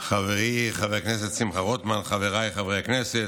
חברי חבר הכנסת שמחה רוטמן, חבריי חברי הכנסת,